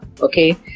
okay